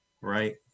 right